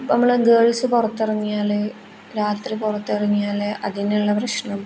ഇപ്പം നമ്മൾ ഗേൾസ് പുറത്തിറങ്ങിയാൽ രാത്രി പുറത്തിറങ്ങിയാൽ അതിനുള്ള പ്രശ്നം